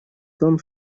том